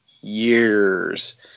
years